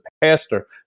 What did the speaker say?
pastor